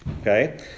Okay